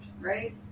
right